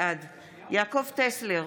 בעד יעקב טסלר,